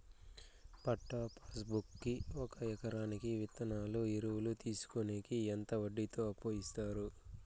పట్టా passbook కి ఒక ఎకరాకి విత్తనాలు, ఎరువులు తీసుకొనేకి ఎంత వడ్డీతో అప్పు ఇస్తారు?